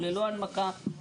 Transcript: ובטח במקרה של נזק,